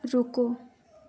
रुको